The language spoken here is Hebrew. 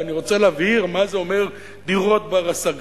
ואני רוצה להבהיר מה זה אומר דיור בר-השגה: